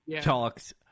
talks